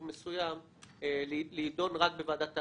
מסוג מסוים להידון רק בוועדת האשראי.